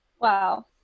Wow